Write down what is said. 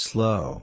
Slow